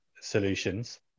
solutions